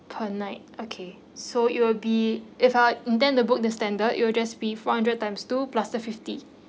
per night okay so it will be if I intend to book the standard it will just be four hundred times two plus the fifty